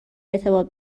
ارتباط